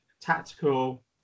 tactical